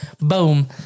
Boom